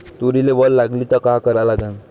तुरीले वल लागली त का करा लागन?